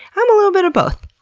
i'm a little bit of both,